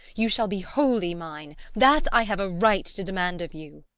you shall be wholly mine! that i have a right to demand of you!